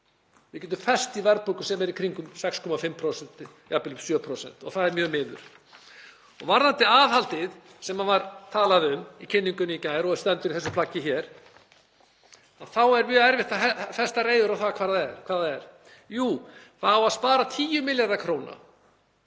Við getum fest í verðbólgu sem er í kringum 6,5%, jafnvel upp í 7%, og það er mjög miður. Varðandi aðhaldið sem var talað um í kynningunni í gær og stendur í þessu plaggi hér þá er mjög erfitt að henda reiður á það hvað það er. Jú, það á að spara 10 milljarða kr.